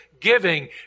giving